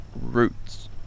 roots